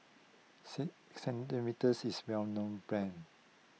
C Cetrimide is a well known brand